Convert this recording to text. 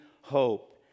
hope